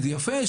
זה יפה,